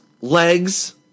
legs